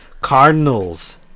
cardinals